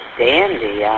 dandy